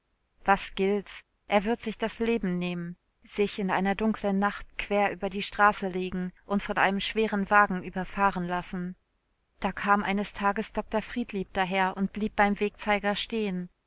was gilt's er wird sich das leben nehmen sich in einer dunklen nacht quer über die straße legen und von einem schweren wagen überfahren lassen da kam eines tages dr friedlieb daher und blieb beim wegzeiger stehen